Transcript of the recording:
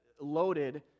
loaded